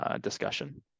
discussion